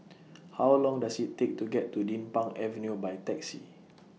How Long Does IT Take to get to Din Pang Avenue By Taxi